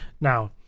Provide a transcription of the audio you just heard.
now